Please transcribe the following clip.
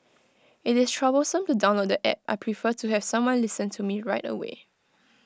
IT is troublesome to download the App I prefer to have someone listen to me right away